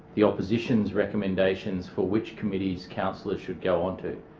the opposition's recommendations for which committees councillors should go on to.